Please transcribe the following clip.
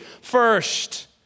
first